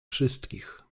wszystkich